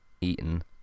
eaten